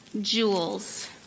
jewels